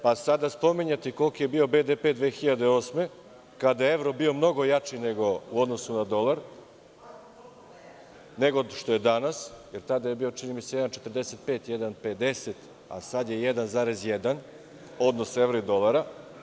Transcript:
Pa sada spominjete koliki je bio BDP 2008. godine, kada je evro bio mnogo jači u odnosu na dolar, nego što je danas, jer tada je bio, čini mi se 1,45-1,50, a sada je 1,1 odnos evra i dolara.